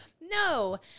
No